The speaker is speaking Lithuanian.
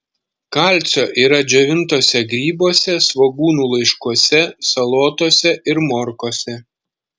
kalcio yra džiovintuose grybuose svogūnų laiškuose salotose morkose